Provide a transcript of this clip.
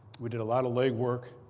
we did a lot of leg work.